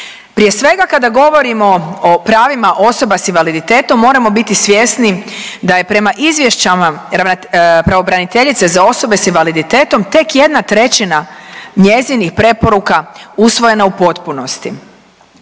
Prije svega kada govorimo o pravima osoba s invaliditetom moramo biti svjesni da je prema izvješćama pravobraniteljice za osobe s invaliditetom tek 1/3 njezinih preporuka usvojena u potpunosti.